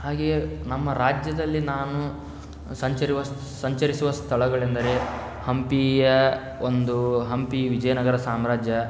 ಹಾಗೆಯೇ ನಮ್ಮ ರಾಜ್ಯದಲ್ಲಿ ನಾನು ಸಂಚರಿವ ಸಂಚರಿಸುವ ಸ್ಥಳಗಳೆಂದರೆ ಹಂಪಿಯ ಒಂದು ಹಂಪಿ ವಿಜಯನಗರ ಸಾಮ್ರಾಜ್ಯ